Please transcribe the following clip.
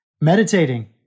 Meditating